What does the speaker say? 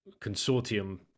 consortium